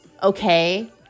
okay